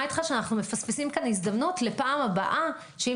איתך שאנחנו מפספסים כאן הזדמנות לפעם הבאה שאם